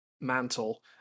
mantle